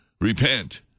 repent